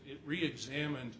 be reexamined